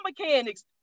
mechanics